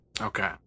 Okay